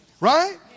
right